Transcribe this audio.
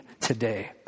today